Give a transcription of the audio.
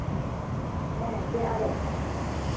ᱦᱮᱸ ᱪᱮᱫ ᱟᱫᱟ